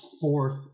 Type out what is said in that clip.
fourth